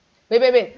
wait wait wait